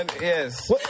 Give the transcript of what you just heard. Yes